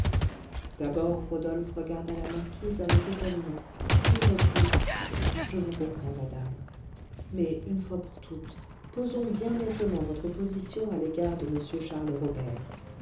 d'abord rodolphe regarda la marquise avec étonnement puis reprit je vous comprends madame mais une fois pour toutes posons bien nettement votre position à l'égard de m charles robert